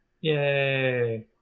Yay